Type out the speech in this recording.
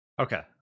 Okay